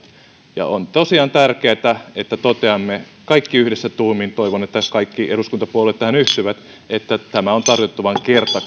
on tosiaan tärkeätä että toteamme kaikki yhdessä tuumin ja toivon että kaikki eduskuntapuolueet tähän yhtyvät että tämä on tarkoitettu vain